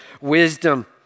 wisdom